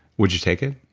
would you take it?